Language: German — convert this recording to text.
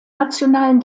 nationalen